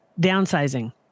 Downsizing